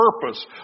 purpose